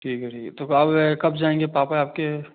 ठीक है ठीक है तो पापा कब जाएंगे पापा आपके